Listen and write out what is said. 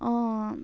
अँ